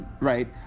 Right